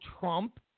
trump